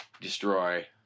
Destroy